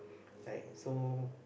right so